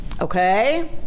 Okay